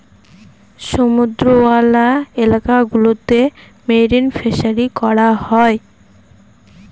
সমুদ্রওয়ালা এলাকা গুলোতে মেরিন ফিসারী করা হয়